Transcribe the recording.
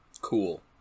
Cool